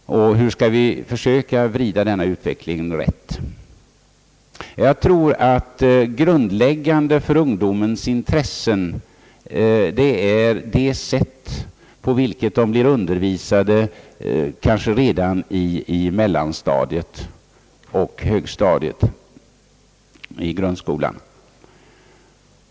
Vad skall vi göra för att försöka vrida denna utveckling rätt? Jag tror att grundläggande för ungdomarnas intressen är det sätt, på vilket de blir undervisade kanske redan på mellanstadiet och högstadiet i grundskolan.